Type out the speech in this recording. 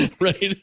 right